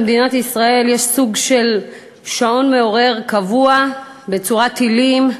במדינת ישראל יש סוג של שעון מעורר קבוע בצורת טילים,